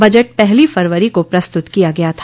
budget पहली फरवरी को प्रस्तुत किया गया था